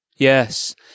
Yes